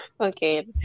Okay